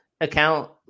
account